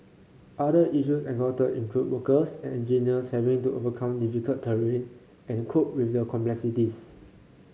other issues encountered included workers and engineers having to overcome difficult terrain and cope with the complexities